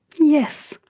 yes,